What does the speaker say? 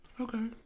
Okay